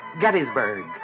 Gettysburg